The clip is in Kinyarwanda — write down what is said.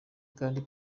kandi